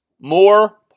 more